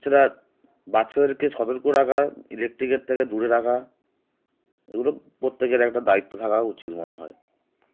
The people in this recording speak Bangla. এছাড়া বাচ্চাদেরকে সতর্ক রাখা ইলেকট্রিকের থেকে দূরে রাখা এগুলো প্রত্যেকের একটা দায়িত্ব থাকা উচিত মনে হয়